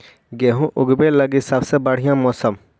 गेहूँ ऊगवे लगी सबसे बढ़िया मौसम?